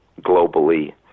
globally